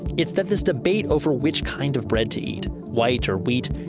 it's that this debate over which kind of bread to eat, white or wheat,